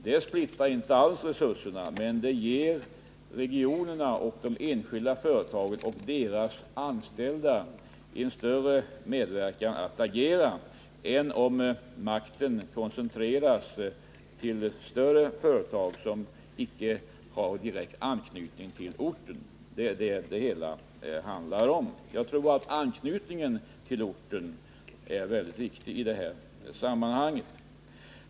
Det splittrar inte alls resurserna, men det ger regionerna och de enskilda företagen och deras anställda en större medverkan och möjlighet att agera, än om makten koncentreras till större företag som icke har direkt anknytning till orten. Det är vad det hela handlar om. Jag tror att anknytningen till orten är väldigt viktig i detta sammanhang.